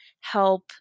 help